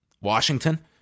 Washington